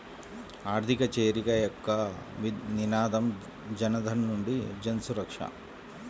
ఆర్థిక చేరిక యొక్క నినాదం జనధన్ నుండి జన్సురక్ష